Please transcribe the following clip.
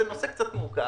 זה נושא קצת מורכב.